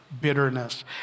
bitterness